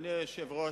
אדוני היושב-ראש,